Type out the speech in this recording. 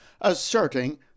asserting